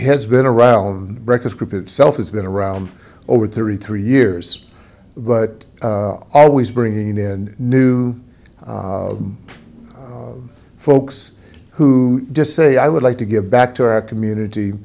has been around breakfast group itself it's been around over thirty three years but always bringing in new folks who just say i would like to give back to our community